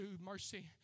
mercy